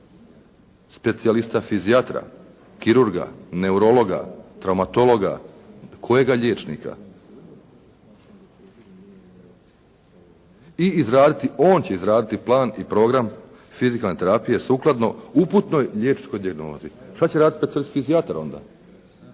Specijalista fizijatra, kirurga, neurologa, traumatologa? Kojega liječnika? I on će izraditi plan i program fizikalne terapije sukladno uputnoj liječničkoj dijagnozi. Što će raditi specijalist fizijatar onda?